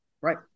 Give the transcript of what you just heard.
Right